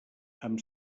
amb